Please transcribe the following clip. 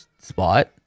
spot